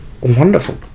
wonderful